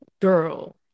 girl